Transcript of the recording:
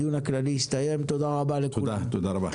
הדיון הכללי הסתיים, תודה רבה לכולם.